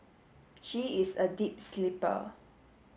she is a deep sleeper